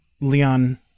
Leon